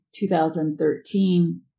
2013